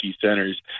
centers